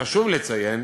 חשוב לציין